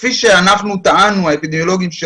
כפי שטענו האפידמיולוגים,